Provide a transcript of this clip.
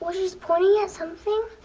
but she's pointing at something.